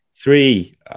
three